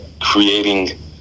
creating